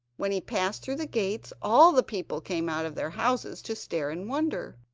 when he passed through the gates all the people came out of their houses to stare in wonder,